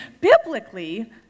biblically